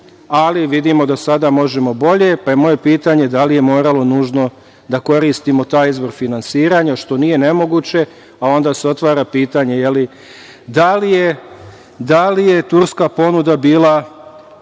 Ali, vidimo da sada možemo bolje, pa je moje pitanje da li je moralo nužno da koristimo taj izvor finansiranja, što nije nemoguće, ali onda se otvara pitanje da li je turska ponuda bila